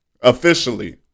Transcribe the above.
Officially